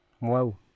Wow